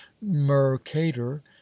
mercator